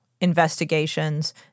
investigations